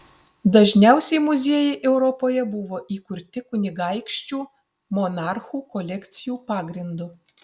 dažniausiai muziejai europoje buvo įkurti kunigaikščių monarchų kolekcijų pagrindu